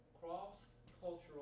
Cross-cultural